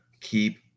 keep